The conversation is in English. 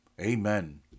Amen